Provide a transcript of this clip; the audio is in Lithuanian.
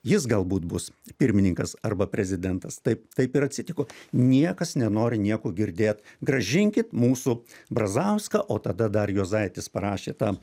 jis galbūt bus pirmininkas arba prezidentas taip taip ir atsitiko niekas nenori nieko girdėt grąžinkit mūsų brazauską o tada dar juozaitis parašė tą